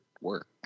work